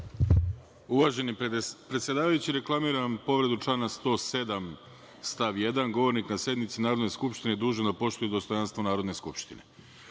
Uvaženi predsedavajući, reklamiram povredu člana 107. stav 1. – govornik na sednici Narodne skupštine je dužan da poštuje dostojanstvo Narodne skupštine. Smatram